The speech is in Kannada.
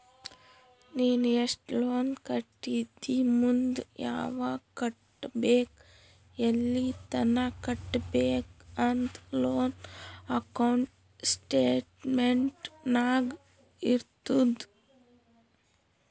ನೀ ಎಸ್ಟ್ ಲೋನ್ ಕಟ್ಟಿದಿ ಮುಂದ್ ಯಾವಗ್ ಕಟ್ಟಬೇಕ್ ಎಲ್ಲಿತನ ಕಟ್ಟಬೇಕ ಅಂತ್ ಲೋನ್ ಅಕೌಂಟ್ ಸ್ಟೇಟ್ಮೆಂಟ್ ನಾಗ್ ಇರ್ತುದ್